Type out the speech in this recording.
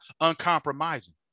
uncompromising